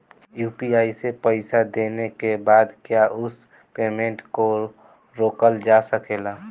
UPI से पईसा देने के बाद क्या उस पेमेंट को रोकल जा सकेला?